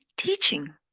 Teaching